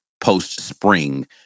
post-spring